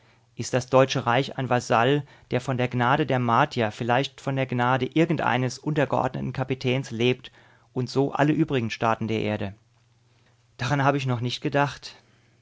ist das deutsche reich ein vasall der von der gnade der martier vielleicht von der gnade irgendeines untergeordneten kapitäns lebt und so alle übrigen staaten der erde daran habe ich noch nicht gedacht